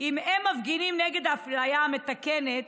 אם הם מפגינים נגד אפליה מתקנת